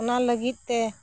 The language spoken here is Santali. ᱚᱱᱟ ᱞᱟᱹᱜᱤᱫ ᱛᱮ